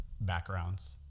backgrounds